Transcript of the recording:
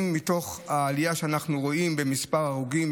מתוך העלייה שאנחנו רואים במספר ההרוגים,